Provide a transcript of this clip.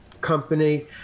company